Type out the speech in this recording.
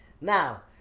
Now